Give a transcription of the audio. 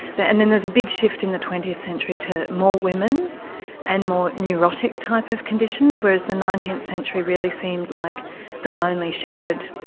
and then there's a big shift in the twentieth century to more women and more neurotic type of conditions, whereas the nineteenth century really seemed like the lonely shepherd,